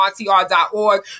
RTR.org